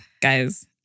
guys